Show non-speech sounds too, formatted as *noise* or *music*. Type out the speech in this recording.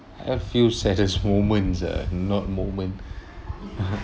I have few saddest moments ah not moment *breath*